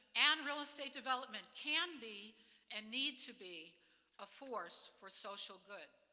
and real estate development can be and need to be a force for social good.